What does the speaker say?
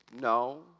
No